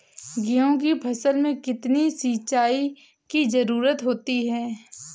गेहूँ की फसल में कितनी सिंचाई की जरूरत होती है?